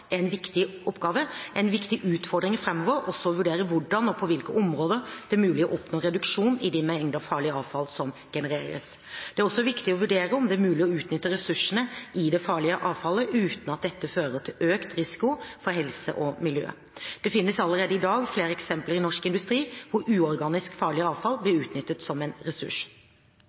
en viktig oppgave, er en viktig utfordring framover også å vurdere hvordan og på hvilke områder det er mulig å oppnå reduksjon i de mengdene farlig avfall som genereres. Det er også viktig å vurdere om det er mulig å utnytte ressursene i det farlige avfallet uten at dette fører til økt risiko for helse og miljø. Det finnes allerede i dag flere eksempler i norsk industri på at uorganisk farlig avfall blir utnyttet som en ressurs.